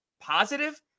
positive